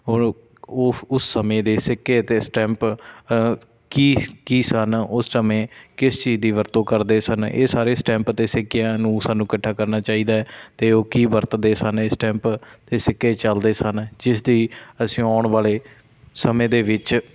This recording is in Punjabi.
ਉਹ ਉਸ ਸਮੇਂ ਦੇ ਸਿੱਕੇ ਅਤੇ ਸਟੈਂਪ ਕੀ ਕੀ ਸਨ ਉਸ ਸਮੇਂ ਕਿਸ ਚੀਜ਼ ਦੀ ਵਰਤੋਂ ਕਰਦੇ ਸਨ ਇਹ ਸਾਰੇ ਸਟੈਂਪ ਅਤੇ ਸਿੱਕਿਆਂ ਨੂੰ ਸਾਨੂੰ ਇਕੱਠਾ ਕਰਨਾ ਚਾਹੀਦਾ ਅਤੇ ਉਹ ਕੀ ਵਰਤਦੇ ਸਨ ਇਹ ਸਟੈਂਪ ਅਤੇ ਸਿੱਕੇ ਚੱਲਦੇ ਸਨ ਜਿਸ ਦੀ ਅਸੀਂ ਆਉਣ ਵਾਲੇ ਸਮੇਂ ਦੇ ਵਿੱਚ